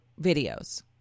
videos